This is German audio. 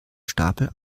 stapel